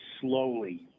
slowly